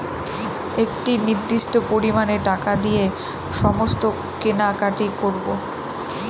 একটি নির্দিষ্ট পরিমানে টাকা দিয়ে সমস্ত কেনাকাটি করবো